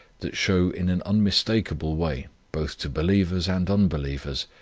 that show in an unmistakeable way, both to believers and unbelievers,